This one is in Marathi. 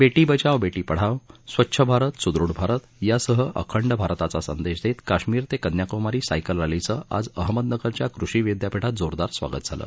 बेटी बचाव बेटी पढाव स्वच्छ भारत सुद्रढ भारत यासह अखंड भारताचा संदेश देत काश्मीर ते कन्याकुमारी सायकल रॅलीचं आज अहमदनगरच्या कृषी विद्यापीठात जोरदार स्वागत झालं